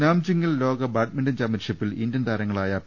നാംജിങ്ങിൽ ലോക ബാഡ്മിന്റൺ ചാമ്പ്യൻഷിപ്പിൽ ഇന്ത്യൻ താര ങ്ങളായ പി